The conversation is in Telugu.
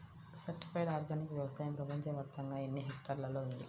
సర్టిఫైడ్ ఆర్గానిక్ వ్యవసాయం ప్రపంచ వ్యాప్తముగా ఎన్నిహెక్టర్లలో ఉంది?